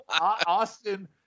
Austin